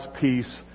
peace